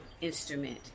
instrument